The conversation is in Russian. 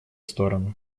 стороны